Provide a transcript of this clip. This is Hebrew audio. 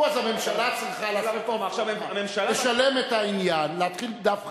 נו, הממשלה צריכה לשלם את העניין, להתחיל דף חדש.